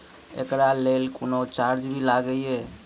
एकरा लेल कुनो चार्ज भी लागैये?